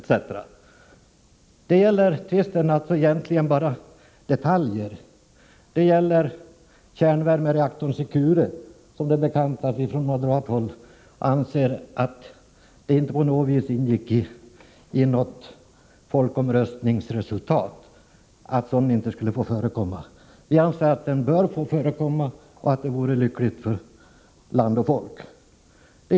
Tvisten gäller alltså egentligen bara detaljer, t.ex. kärnvärmereaktorn Secure, som vi från moderat håll inte anser på något vis ingick i folkomröstningen. Vi har sagt att den bör få förekomma och att det vore lyckligt för land och folk.